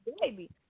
baby